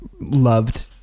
loved